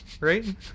right